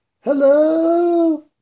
Hello